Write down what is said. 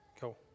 Cool